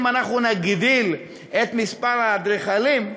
אם נגדיל את מספר האדריכלים,